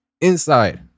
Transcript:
inside